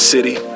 City